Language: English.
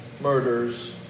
murders